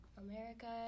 america